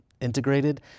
integrated